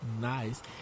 Nice